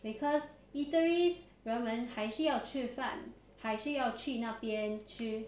because eateries 人们还是要吃饭还是要去那边吃